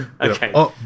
Okay